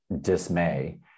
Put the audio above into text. dismay